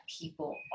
people